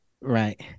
Right